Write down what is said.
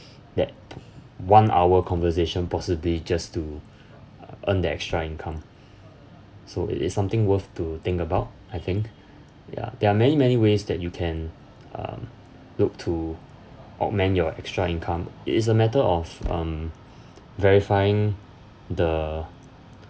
that one hour conversation possibly just to uh earn the extra income so it is something worth to think about I think ya there are many many ways that you can um look to augment your extra income it is a matter of um verifying the